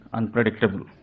unpredictable